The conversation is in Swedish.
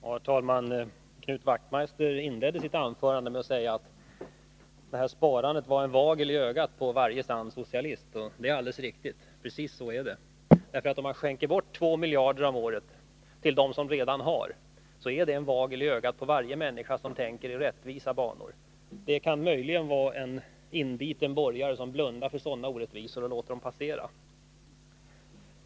Herr talman! Knut Wachtmeister inledde sitt anförande med att säga att skattesparandet är en nagel i ögat på varje sann socialist. Det är alldeles riktigt. Precis så är det. Att man skänker bort två miljarder om året till dem som redan har måste vara en vagel i ögat på varje rättänkande människa. En inbiten borgare kan möjligen blunda för sådana orättvisor och låta dem passera.